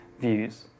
views